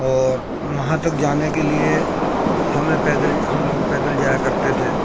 اور وہاں تک جانے کے لیے ہمیں پیدل ہم لوگ پیدل جایا کرتے تھے